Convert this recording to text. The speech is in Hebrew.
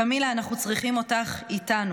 קמלה, אנחנו צריכים אותך איתנו.